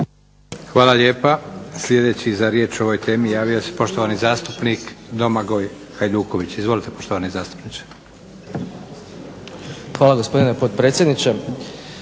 Josip (SDP)** Sljedeći za riječ o ovoj temi javio se poštovani zastupnik Domagoj Hajduković. Izvolite poštovani zastupniče. **Hajduković, Domagoj